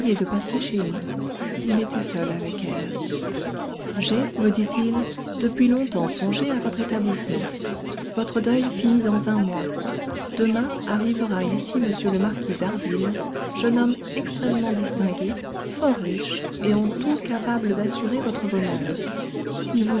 prier de passer chez lui il était seul avec elle j'ai me dit-il depuis longtemps songé à votre établissement votre deuil finit dans un mois demain arrivera ici m le marquis d'harville jeune homme extrêmement distingué fort riche et en tout capable d'assurer votre bonheur il